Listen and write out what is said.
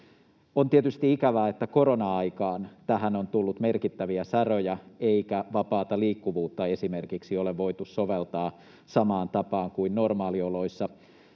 On tietysti ikävää, että korona-aikaan tähän on tullut merkittäviä säröjä eikä esimerkiksi vapaata liikkuvuutta ole voitu soveltaa samaan tapaan kuin normaalioloissa.